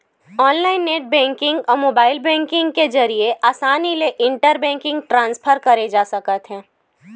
online net banking अउ mobile banking के जरिए असानी ले इंटर बेंकिंग ट्रांसफर करे जा सकत हे